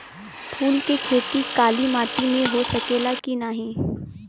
फूल के खेती काली माटी में हो सकेला की ना?